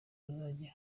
bazagira